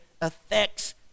affects